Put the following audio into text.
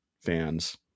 fans